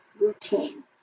routine